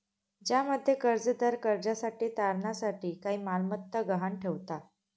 ज्यामध्ये कर्जदार कर्जासाठी तारणा साठी काही मालमत्ता गहाण ठेवता